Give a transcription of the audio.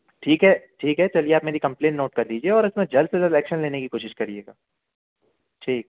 ठीक है ठीक है चलिए आप मेरी कम्पलेन नोट कर लीजीए और इसमे जल्द से जल्द एक्शन लेने की कोशिश करिएगा ठीक